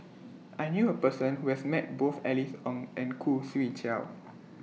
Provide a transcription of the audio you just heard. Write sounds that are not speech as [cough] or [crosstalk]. [noise] I knew A Person Who has Met Both Alice Ong and Khoo Swee Chiow [noise]